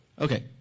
Okay